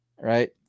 Right